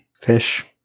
fish